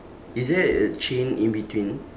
is there a chain in between